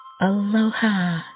Aloha